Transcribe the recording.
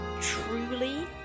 truly